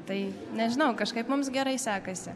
tai nežinau kažkaip mums gerai sekasi